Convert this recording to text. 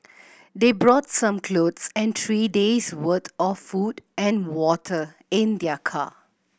they brought some clothes and three days' worth of food and water in their car